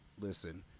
listen